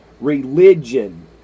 religion